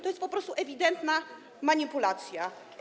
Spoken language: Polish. To jest po prostu ewidentna manipulacja.